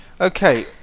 Okay